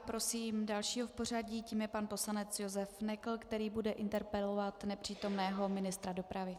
Prosím dalšího v pořadí a tím je pan poslanec Josef Nekl, který bude interpelovat nepřítomného ministra dopravy.